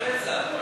רצח?